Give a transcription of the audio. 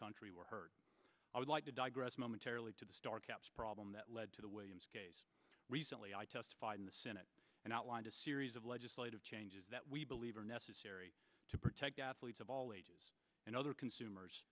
country were heard i would like to digress momentarily to the star caps problem that led to the way in recently i testified in the senate and outlined a series of legislative changes that we believe are necessary to protect athletes of all ages and other consumers